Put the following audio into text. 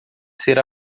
ser